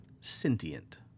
sentient